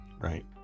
Right